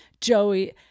Joey